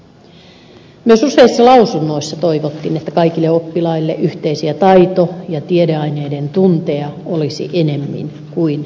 myös useissa lausunnoissa toivottiin että kaikille oppilaille yhteisiä taito ja taideaineiden tunteja olisi enemmän kuin ehdotuksessa